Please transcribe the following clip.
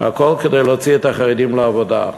הכול כדי להוציא את החרדים לעבודה.